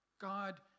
God